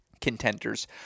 contenders